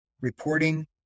reporting